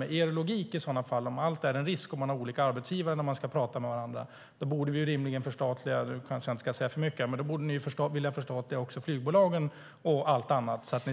Med er logik, om olika arbetsgivare alltid innebär en risk när man ska prata med varandra, borde ni vilja förstatliga - nu borde jag kanske inte säga för mycket - också flygbolagen och allt annat.